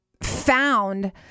found